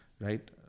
right